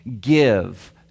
give